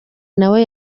nawe